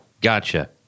Gotcha